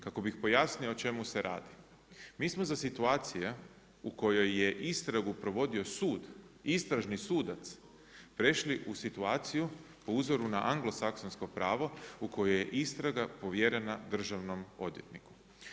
Kako bih pojasnio o čemu se radi mi smo za situacije u kojoj je istragu provodio sud, istražni sudac prešli u situaciju po uzoru na anglosaksonsko pravo u kojoj je istraga povjerena državnom odvjetniku.